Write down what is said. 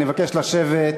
אני מבקש לשבת,